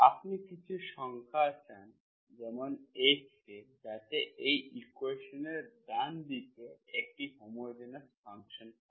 আপনি কিছু সংখ্যা চান যেমন h k যাতে এই ইকুয়েশনের ডান দিকে একটি হোমোজেনিয়াস ফাংশন হয়